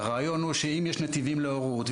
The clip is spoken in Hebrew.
הרעיון הוא שאם יש ׳נתיבים להורות׳,